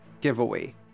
giveaway